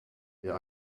der